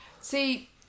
See